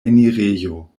enirejo